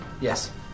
Yes